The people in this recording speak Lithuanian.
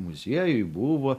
muziejuj buvo